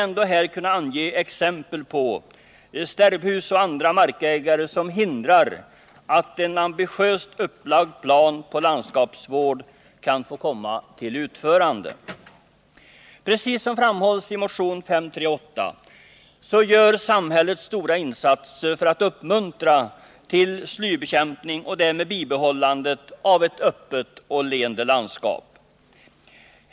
Men det finns exempel på att stärbhus och andra markägare hindrar utförandet av ambitiöst upplagda landskapsvårdsplaner. Precis som framhålls i motionen 538 så gör samhället stora insatser för att uppmuntra till slybekämpning och därmed till bibehållandet av ett öppet och leende landskap.